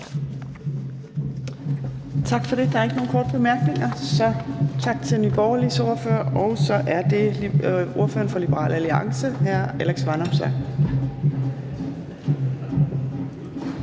Tak for det. Der er ikke nogen korte bemærkninger, så tak til Nye Borgerliges ordfører. Og så er det ordføreren for Liberal Alliance, hr. Alex Vanopslagh.